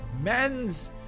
men's